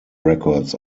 records